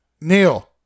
Neil